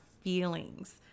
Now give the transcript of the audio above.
feelings